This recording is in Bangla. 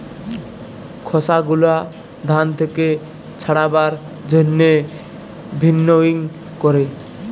খসা গুলা ধান থেক্যে ছাড়াবার জন্হে ভিন্নউইং ক্যরে